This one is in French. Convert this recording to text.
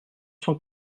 cent